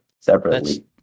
separately